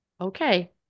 Okay